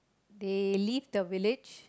they leave the village